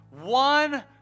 one